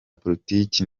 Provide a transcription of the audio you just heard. politiki